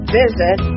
visit